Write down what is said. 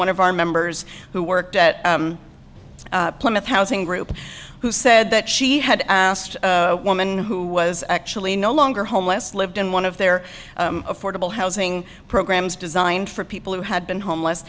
one of our members who worked at plymouth housing group who said that she had asked woman who was actually no longer homeless lived in one of their affordable housing programs designed for people who had been homeless